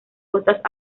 costas